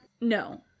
No